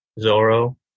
Zorro